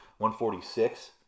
146